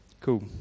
Cool